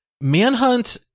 Manhunt